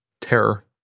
terror